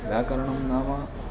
व्याकरणं नाम